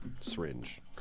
syringe